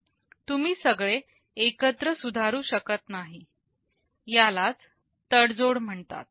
तुम्ही सगळे एकत्र सुधारू शकत नाही यालाच तडजोड म्हणतात